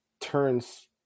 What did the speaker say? turns